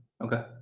Okay